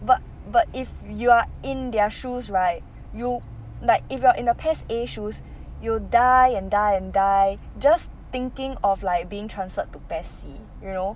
but but if you are in their shoes right you like if you are in the PES A shoes you'll die and die and die just thinking of like being transferred to PES C you know